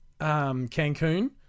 Cancun